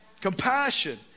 Compassion